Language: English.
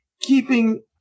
keeping